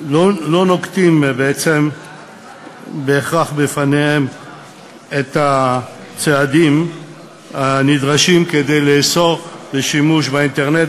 בעצם לא נוקטים בהכרח את הצעדים הנדרשים כדי לאסור שימוש באינטרנט,